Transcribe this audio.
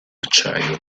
acciaio